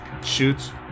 shoots